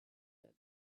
yet